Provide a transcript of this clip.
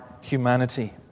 humanity